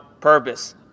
purpose